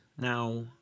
Now